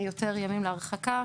יותר ימים להרחקה.